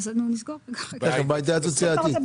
אלא אם כן נקבע בו אחרת.